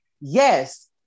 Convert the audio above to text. yes